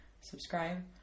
subscribe